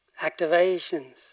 Activations